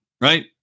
right